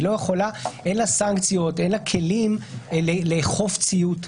אין לה סנקציות וכלים לאכוף ציות.